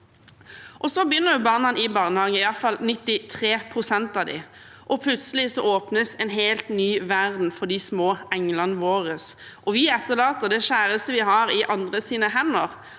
begynner i barnehage, iallfall 93 pst. av dem, og plutselig åpnes en helt ny verden for de små englene våre. Vi overlater det kjæreste vi har, til andres hender.